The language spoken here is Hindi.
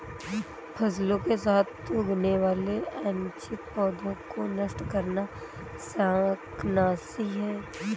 फसलों के साथ उगने वाले अनैच्छिक पौधों को नष्ट करना शाकनाशी है